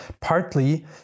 partly